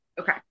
Okay